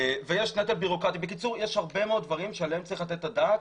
זה נטל בירוקרטי ועוד הרבה דברים שעליהם צריך לתת את הדעת